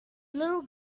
little